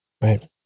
Right